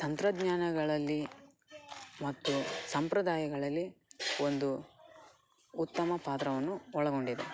ತಂತ್ರಜ್ಞಾನಗಳಲ್ಲಿ ಮತ್ತು ಸಂಪ್ರದಾಯಗಳಲ್ಲಿ ಒಂದು ಉತ್ತಮ ಪಾತ್ರವನ್ನು ಒಳಗೊಂಡಿದೆ